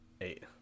Eight